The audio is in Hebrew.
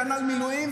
כנ"ל מילואים,